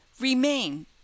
Remain